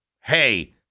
hey